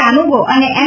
કાનૂગો અને એમ